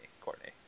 Courtney